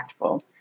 impactful